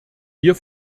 wir